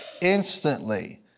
Instantly